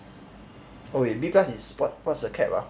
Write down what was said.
oh wait B plus is what what's the CAP ah